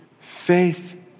Faith